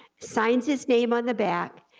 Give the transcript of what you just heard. signs his name on the back,